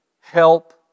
help